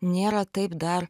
nėra taip dar